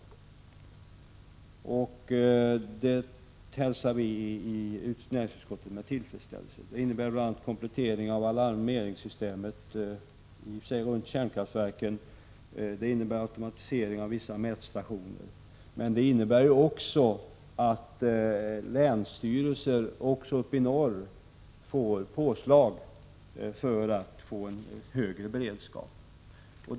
Det hälsar vi i näringsutskottet med tillfredsställelse. Det innebär bl.a. en komplettering av alarmeringssystemet, i och för sig runt kärnkraftverken, och automatisering av vissa mätstationer. Men det innebär också att länsstyrelser även uppe i norr får påslag för att kunna höja beredskapen.